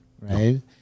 right